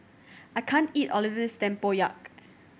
I can't eat all of this tempoyak